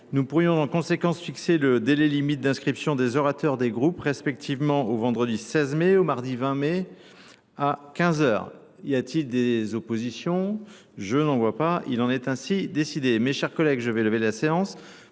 Nous pourrions en conséquence fixer le délai limite d'inscription des orateurs des groupes, respectivement au vendredi 16 mai au mardi 20 mai à 15 heures. Y a-t-il des oppositions ? Je n'en vois pas. Il en est ainsi décidé. Mes chers collègues, je vais lever la séance.